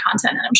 content